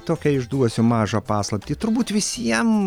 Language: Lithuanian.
tokią išduosiu mažą paslaptį turbūt visiem